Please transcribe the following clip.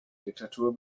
diktatur